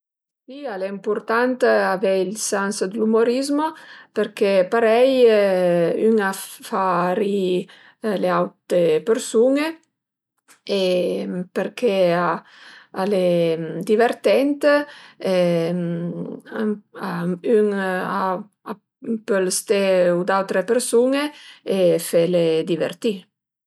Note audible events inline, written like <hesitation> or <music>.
Si al e ëmpurtant avei ël sans dë l'umorizmo përché parei ün a fa ri-i le aute persun-e e përché al e divertent <hesitation> ün a pöl ste u d'autre persun-e e fele divertì